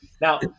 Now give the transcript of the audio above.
now